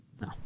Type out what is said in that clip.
No